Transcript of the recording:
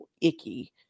icky